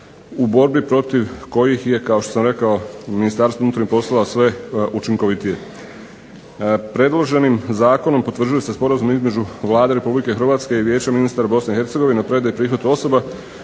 u borbi protiv kojih je kao što sam rekao Ministarstvo unutarnjih poslova sve učinkovitije. Predloženim zakonom potvrđuje se Sporazum između Vlade Republike Hrvatske i Vijeća ministara Bosne i Hercegovine o predaji i prihvatu osoba